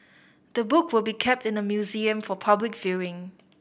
the book will be kept in the museum for public viewing